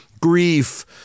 grief